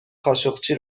خاشقچی